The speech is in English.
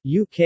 UK